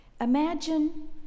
Imagine